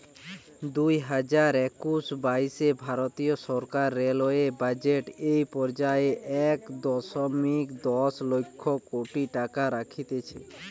দুইহাজার একুশ বাইশে ভারতীয় সরকার রেলওয়ে বাজেট এ পর্যায়ে এক দশমিক দশ লক্ষ কোটি টাকা রাখতিছে